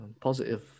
Positive